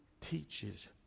teaches